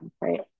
right